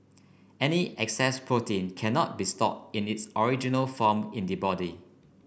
any excess protein cannot be stored in its original form in the body